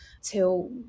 till